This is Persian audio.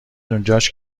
اونجاش